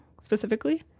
specifically